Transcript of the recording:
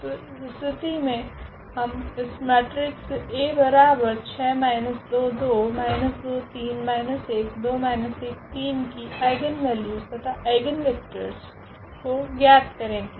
तो इस स्थिति मे हम इस मेट्रिक्स की आइगनवेल्यूस तथा आइगनवेक्टरस को ज्ञात करेगे